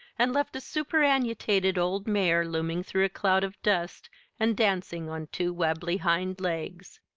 and left a superannuated old mare looming through a cloud of dust and dancing on two wabbly hind legs.